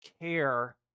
care